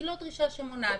היא לא דרישה שמונעת.